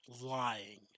lying